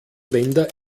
länder